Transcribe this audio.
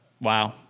Wow